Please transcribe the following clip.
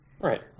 Right